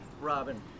Robin